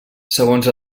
segons